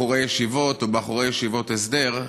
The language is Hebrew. אבל בחורי ישיבות, או בחורי ישיבות הסדר,